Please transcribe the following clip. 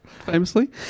Famously